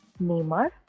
Neymar